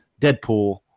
deadpool